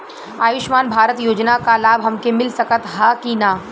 आयुष्मान भारत योजना क लाभ हमके मिल सकत ह कि ना?